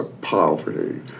poverty